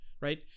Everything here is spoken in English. right